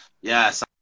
Yes